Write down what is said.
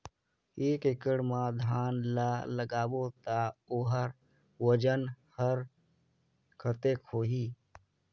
एक एकड़ मा धान ला लगाबो ता ओकर वजन हर कते होही?